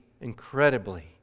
incredibly